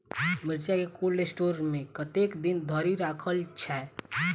मिर्चा केँ cold store मे कतेक दिन धरि राखल छैय?